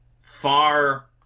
far